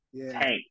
Tank